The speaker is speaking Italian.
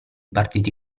partiti